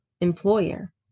employer